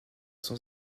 sont